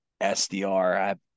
SDR